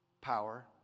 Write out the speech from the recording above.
power